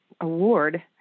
award